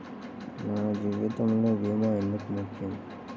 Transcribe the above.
మన జీవితములో భీమా ఎందుకు ముఖ్యం?